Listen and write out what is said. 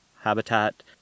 habitat